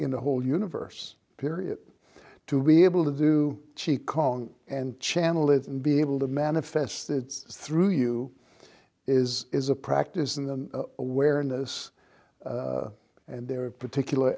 in the whole universe period to be able to do cheat kong and channel it and be able to manifest it's through you is is a practice in the awareness and there are particular